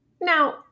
Now